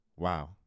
Wow